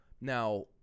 now